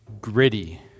gritty